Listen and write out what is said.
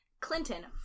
Clinton